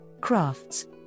crafts